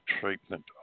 treatment